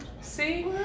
See